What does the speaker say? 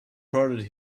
prodded